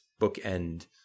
bookend